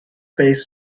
space